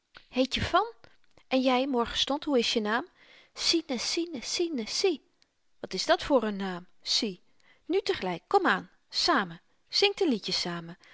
fan en jy morgenstond hoe is je naam sine sine sine si wat is dat voor n naam si nu tegelyk komaan samen zingt n liedje samen